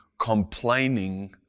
complaining